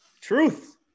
Truth